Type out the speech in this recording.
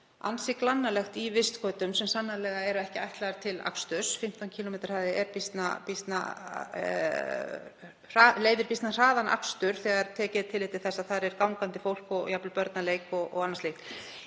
ansi glannalegt í vistgötum sem sannarlega eru ekki ætlaðar til aksturs; 15 km hraði leyfir býsna hraðan akstur þegar tekið er tillit til þess að þar er gangandi fólk og jafnvel börn að leik og annað slíkt.